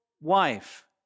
wife